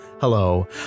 Hello